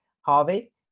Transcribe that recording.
Harvey